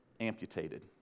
amputated